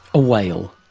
a whale,